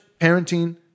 parenting